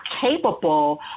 capable